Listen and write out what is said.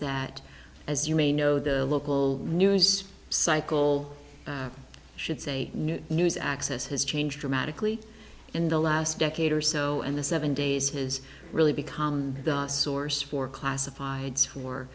that as you may know the local news cycle should say new news access has changed dramatically in the last decade or so and the seven days has really become the source for classifieds for